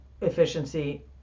efficiency